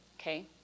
Okay